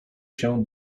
się